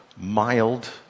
mild